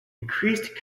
increased